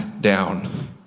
down